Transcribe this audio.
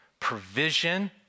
provision